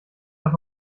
doch